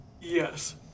Yes